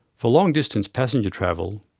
for long distance passenger travel,